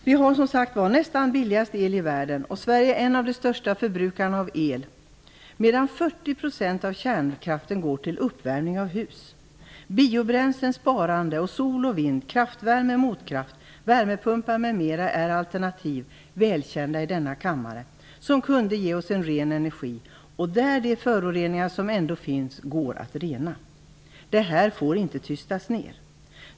Vi har, som sagt, nästan världens billigaste el, och Sverige är en av de största förbrukarna av el, medan 40 % av kärnkraften går till uppvärmning av hus. Biobränslen, sparande, sol och vind, kraftvärme, motkraft, värmepumpar m.m. är alternativ som är välkända i denna kammare och som kunde ge oss ren energi. De föroreningar som ändå finns går att rena. Det här får inte tystas ner.